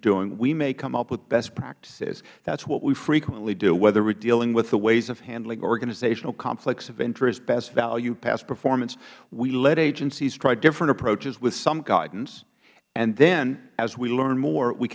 doing we may come up with best practices that's what we frequently do whether we're dealing with the ways of handling organizational conflicts of interest best value past performance we let agencies try different approaches with some guidance and then as we learn more we